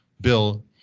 bill